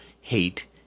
hate